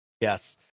yes